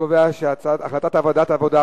ועדת העבודה,